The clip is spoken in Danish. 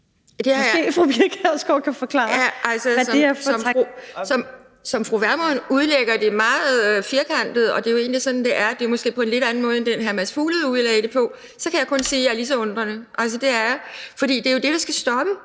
Pernille Vermund udlægger det meget firkantet – og det er jo egentlig sådan, det er, selv om det måske er en lidt anden måde, end hr. Mads Fuglede udlagde det på – kan jeg kun sige, at jeg forholder mig lige så undrende. Det gør jeg. For det er jo det, der skal stoppe.